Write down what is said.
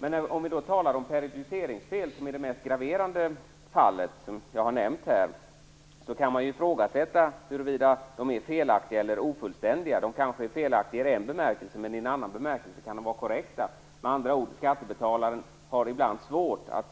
Men om vi talar om periodiseringsfel som är det mest graverande fallet som jag har nämnt kan man ifrågasätta huruvida deklarationerna är felaktiga eller ofullständiga. De kanske är felaktiga i en bemärkelse, men i en annan bemärkelse kan de vara korrekta. Med andra ord: Skattebetalaren har ibland svårt att